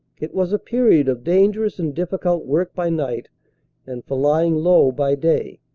it was a period of dangerous and difficult work by night and for lying low by day.